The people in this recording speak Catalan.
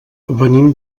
venim